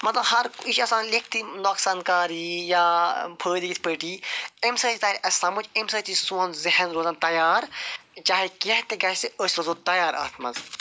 مَطلَب ہر یہِ چھُ آسان لیٚکھتھٕے نۄقصان کر یی یا فٲیدٕ کِتھ پٲٹھۍ یی اَمہِ سۭتۍ تَرِ اَسہِ سمجھ اَمہِ سۭتۍ چھُ سون ذہن روزان تیار چاہے کینٛہہ تہِ گَژھِ أسۍ روزو تیار اتھ مَنٛز